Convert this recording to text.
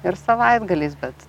ir savaitgaliais bet